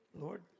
Lord